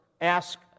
ask